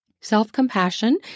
self-compassion